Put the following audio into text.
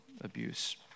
abuse